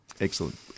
Excellent